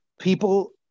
people